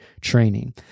training